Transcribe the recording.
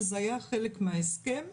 שזה היה חלק מההסכם,